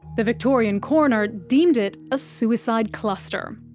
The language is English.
the victorian coroner deemed it a suicide cluster.